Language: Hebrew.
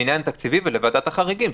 לעניין התקציבי ולוועדת החריגים.